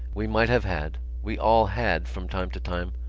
we might have had, we all had from time to time,